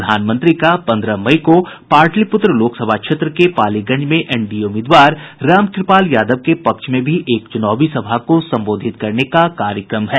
प्रधानमंत्री का पंद्रह मई को पाटलिपुत्र लोकसभा क्षेत्र के पालीगंज में एनडीए उम्मीदवार रामकृपाल यादव के पक्ष में भी एक चुनावी सभा को संबोधित करने का कार्यक्रम है